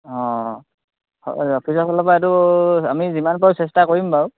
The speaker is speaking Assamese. অঁ অফিচৰফালৰপৰা এইটো আমি যিমান পাৰোঁ চেষ্টা কৰিম বাৰু